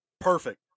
Perfect